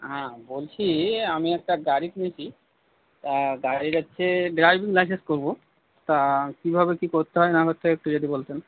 হ্যাঁ বলছি আমি একটা গাড়ি কিনেছি তা গাড়ির হচ্ছে ড্রাইভিং লাইসেন্স করবো তা কীভাবে কী করতে হয় না করতে হয় একটু যদি বলতেন